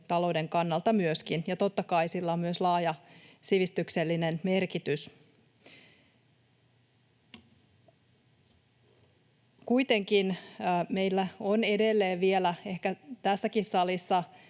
tuottavuuden kannalta myöskin, ja totta kai sillä on myös laaja sivistyksellinen merkitys. Kuitenkin meillä on edelleen ehkä tässäkin salissa